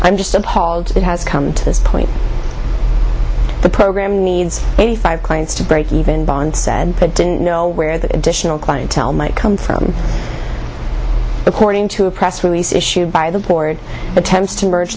i'm just appalled that has come to this point the program needs eighty five clients to break even bond said didn't know where the additional clientele might come from according to a press release issued by the board attempts to merge